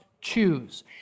choose